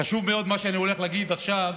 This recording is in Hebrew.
חשוב מאוד מה שאני הולך להגיד עכשיו,